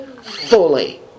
fully